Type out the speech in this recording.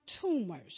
tumors